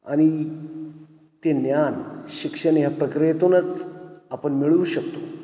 आणि ते ज्ञान शिक्षण ह्या प्रक्रियेतूनच आपण मिळवू शकतो